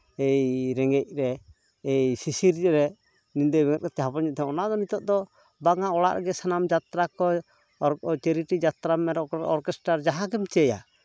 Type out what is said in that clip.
ᱮᱭ ᱨᱮᱸᱜᱮᱡ ᱨᱮ ᱮᱭ ᱥᱤᱥᱤᱨ ᱨᱮ ᱧᱤᱫᱟᱹ ᱵᱮᱸᱜᱮᱫ ᱠᱟᱛᱮᱫ ᱡᱟᱦᱟᱸ ᱵᱚᱱ ᱚᱱᱟᱫᱚ ᱱᱤᱛᱚᱜ ᱫᱚ ᱵᱟᱝᱟ ᱚᱲᱟᱜ ᱨᱮᱜᱮ ᱥᱟᱱᱟᱢ ᱡᱟᱛᱨᱟ ᱠᱚ ᱪᱟᱨᱤᱴᱤ ᱡᱟᱛᱨᱟ ᱚᱨᱜᱮᱥᱴᱟᱨ ᱡᱟᱦᱟᱸ ᱜᱮᱢ ᱪᱟᱹᱭᱟ